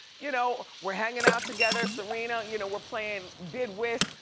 you know we're hanging out together. serena, you know we're playing bid whist,